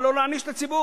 אבל לא להעניש את הציבור.